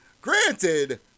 Granted